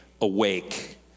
awake